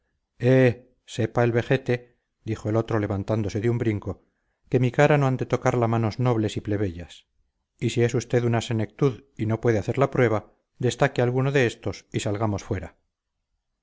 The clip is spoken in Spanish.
sepa el vejete dijo el otro levantándose de un brinco que mi cara no han de tocarla manos nobles y plebeyas y si es usted una senectud y no puede hacer la prueba destaque alguno de estos y salgamos afuera